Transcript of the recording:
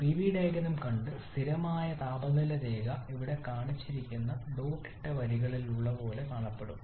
അതിനാൽ PV diagram കണ്ടു സ്ഥിരമായ താപനില രേഖ ഇവിടെ കാണിച്ചിരിക്കുന്ന ഡോട്ട് ഇട്ട വരികൾ പോലെ കാണപ്പെടും